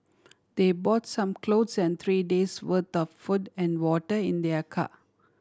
they bought some clothes and three days' worth of food and water in their car